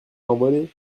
envolé